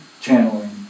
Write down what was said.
channeling